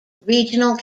regional